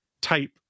type